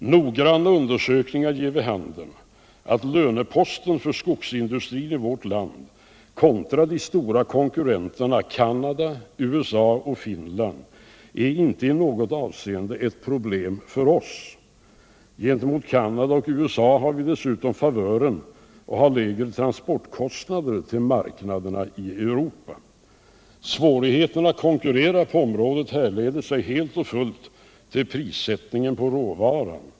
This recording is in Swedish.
Noggranna undersökningar ger vid handen att löneposten för skogsindustrin i vårt land kontra de stora konkurrenterna Canada, USA och Finland inte i något avseende är ett problem för oss. Gentemot Canada och USA har Sverige dessutom favören av lägre transportkostnader när det gäller marknaderna i Europa. Svårigheten att konkurrera på området beror helt och hållet på priserna på råvaran.